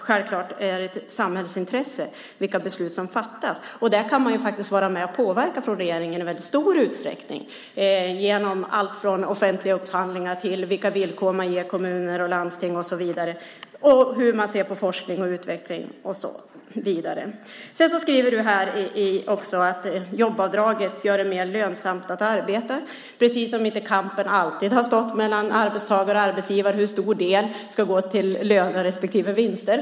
Självklart är det ett samhällsintresse vilka beslut som fattas. Där kan regeringen vara med och påverka i väldigt stor utsträckning genom allt från offentliga upphandlingar till vilka villkor man ger kommuner och landsting och hur man ser på forskning och utveckling och så vidare. Statsrådet skriver också att jobbavdraget gör det mer lönsamt att arbeta, precis som om inte kampen alltid har stått mellan arbetstagare och arbetsgivare om hur stor del som ska gå till löner respektive vinster.